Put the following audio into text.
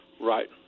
Right